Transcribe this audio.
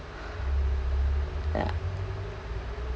ya